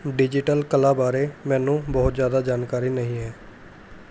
digital ਕਲਾ ਬਾਰੇ ਮੈਨੂੰ ਬਹੁਤ ਜ਼ਿਆਦਾ ਜਾਣਕਾਰੀ ਨਹੀਂ ਹੈ